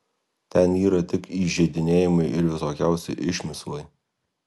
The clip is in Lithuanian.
ten yra tik įžeidinėjimai ir visokiausi išmislai